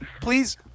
Please